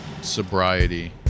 sobriety